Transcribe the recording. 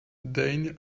daigne